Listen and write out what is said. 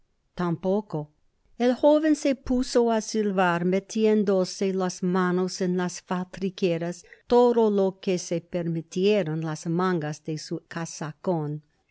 tampoco el joven se puso á silvar metiéndose las manos en las faltriqueras todo lo que le permitieron las mangas de su casacon